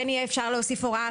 כן יהיה אפשר להוסיף הוראה,